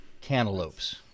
Cantaloupes